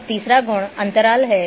अब तीसरा गुण अंतराल है